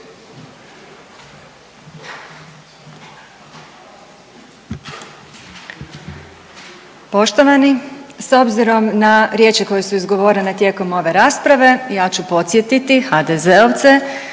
Poštovani. S obzirom na riječi koje su izgovorene tijekom ove rasprave, ja ću podsjetiti HDZ-ovce